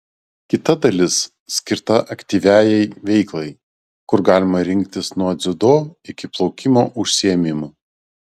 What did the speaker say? kita dalis skirta aktyviajai veiklai kur galima rinktis nuo dziudo iki plaukimo užsiėmimų